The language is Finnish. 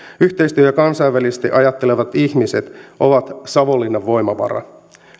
yhteistyö ja kansainvälisesti ajattelevat ihmiset ovat savonlinnan voimavara